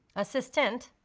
assistant,